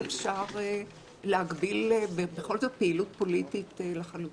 אפשר להגביל בכל זאת פעילות פוליטית לחלוטין.